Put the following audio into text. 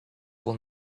will